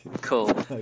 Cool